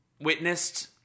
Witnessed